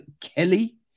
Kelly